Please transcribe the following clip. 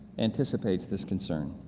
anticipates this concern.